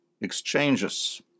exchanges